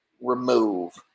remove